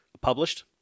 published